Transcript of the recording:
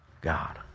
God